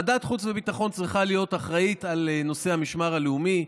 ועדת החוץ והביטחון צריכה להיות אחראית לנושא המשמר הלאומי,